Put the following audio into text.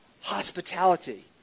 hospitality